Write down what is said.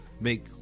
make